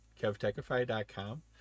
kevtechify.com